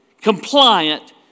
compliant